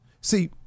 See